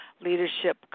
leadership